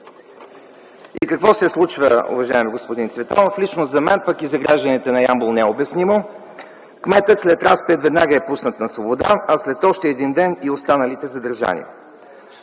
И какво се случва, уважаеми господин Цветанов? Лично за мен, пък и за гражданите на Ямбол не е обяснимо – кметът след разпит веднага е пуснат на свобода, а след още един ден и останалите задържани.